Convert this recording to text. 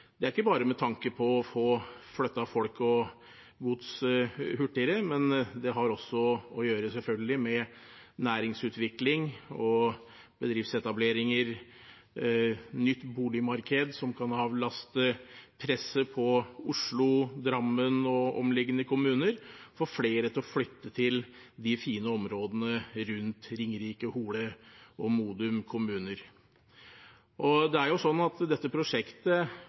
Det er ikke bare med tanke på å få flyttet folk og gods hurtigere, men det har selvfølgelig også å gjøre med næringsutvikling og bedriftsetableringer, nytt boligmarked som kan avlaste presset på Oslo, Drammen og omliggende kommuner, og å få flere til å flytte til de fine områdene rundt Ringerike, Hole og Modum kommuner.